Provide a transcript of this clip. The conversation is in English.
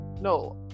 No